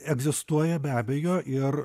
egzistuoja be abejo ir